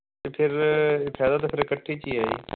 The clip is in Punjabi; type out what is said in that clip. ਤੇ ਫਿਰ ਫਾਇਦਾ ਤਾ ਫਿਰ ਇਕੱਠੀ 'ਚ ਹੀ ਹੈ ਜੀ